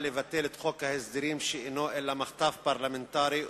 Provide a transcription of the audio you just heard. ההסדרים שאינו אלא מחטף פרלמנטרי,